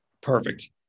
Perfect